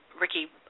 Ricky